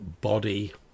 body